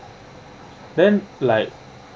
then like